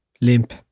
limp